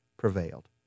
prevailed